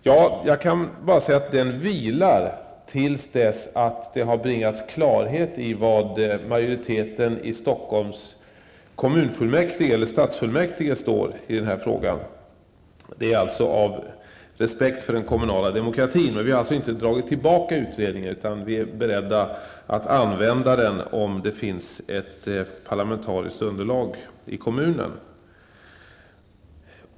Jag kan bara säga att den vilar tills dess att det har bringats klarhet i var majoriteten i Stockholms stadsfullmäktige står i den här frågan. Det är alltså av respekt för den kommunala demokratin. Vi har inte dragit tillbaka utredningen, utan vi är beredda att använda den om det finns ett parlamentariskt underlag i kommunen.